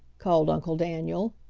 called uncle daniel.